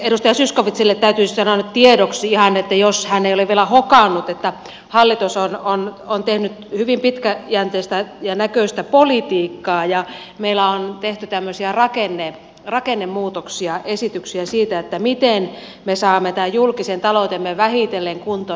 edustaja zyskowiczille täytyy sanoa nyt tiedoksi ihan jos hän ei ole vielä hokannut että hallitus on tehnyt hyvin pitkäjänteistä ja näköistä politiikkaa ja meillä on tehty tämmöisiä rakennemuutoksia esityksiä siitä miten me saamme tämän julkisen taloutemme vähitellen kuntoon